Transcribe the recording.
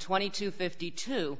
twenty to fifty two